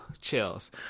chills